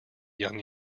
young